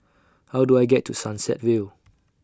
How Do I get to Sunset Vale